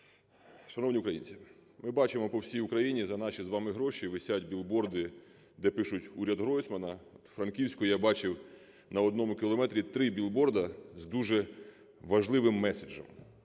Шановні українці, ми бачимо по всій Україні за наші з вами гроші висять білборди, де пишуть "уряд Гройсмана". У Франківську я бачив на одному кілометрі три білборди з дуже важливим меседжем.